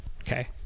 okay